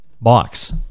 box